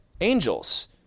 angels